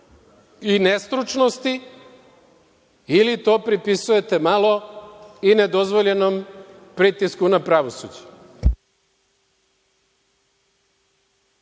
i nestručnosti ili to pripisujete malo i nedozvoljenom pritisku na pravosuđe?